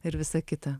ir visa kita